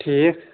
ٹھیٖک